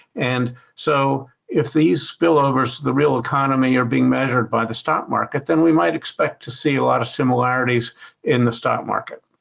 and so if these spillovers to the real economy are being measured by the stock market, then we might expect to see a lot of similarities in the stock market.